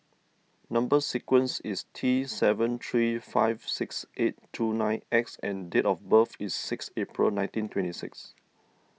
Number Sequence is T seven three five six eight two nine X and date of birth is six April nineteen twenty six